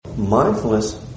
Mindfulness